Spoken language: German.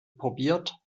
probiert